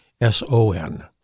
S-O-N